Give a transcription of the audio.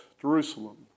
Jerusalem